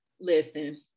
Listen